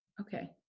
okay